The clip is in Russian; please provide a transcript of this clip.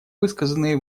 высказанные